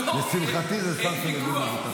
לשמחתי זה שר שמבין בביטחון.